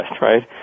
right